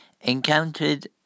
encountered